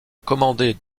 commander